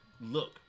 look